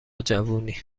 جوونی